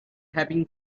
having